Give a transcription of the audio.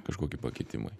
kažkoki pakitimai